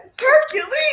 Hercules